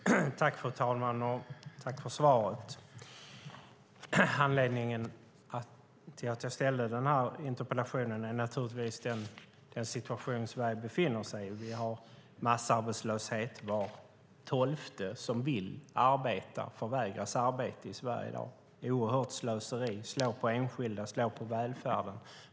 Fru talman! Tack, finansministern, för svaret! Anledningen till att jag framställde den här interpellationen är naturligtvis den situation Sverige befinner sig i. Vi har massarbetslöshet. Var tolfte som vill arbeta förvägras arbete i Sverige i dag. Det är ett oerhört slöseri som slår mot enskilda och välfärden.